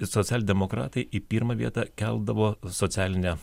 socialdemokratai į pirmą vietą keldavo socialinę